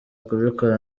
kubikora